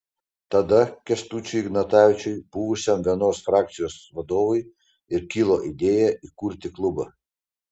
tada kęstučiui ignatavičiui buvusiam vienos frakcijos vadovui ir kilo idėja įkurti klubą